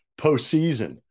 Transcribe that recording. postseason